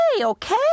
okay